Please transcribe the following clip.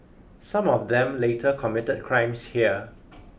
some of them later committed crimes here